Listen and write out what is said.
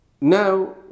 Now